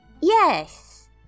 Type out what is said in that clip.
Yes